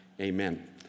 Amen